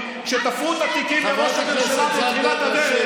חבר הכנסת להב הרצנו,